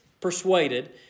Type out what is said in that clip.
persuaded